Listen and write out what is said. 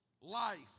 Life